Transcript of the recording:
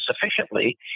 sufficiently